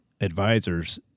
advisors